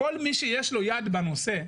כל מי שיש לו יד בנושא,